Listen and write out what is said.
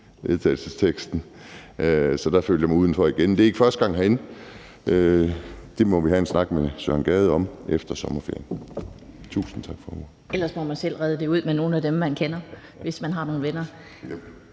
Så der følte jeg mig udenfor igen. Det er ikke første gang herinde. Det må vi have en snak med Søren Gade om efter sommerferien.